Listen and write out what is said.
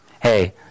Hey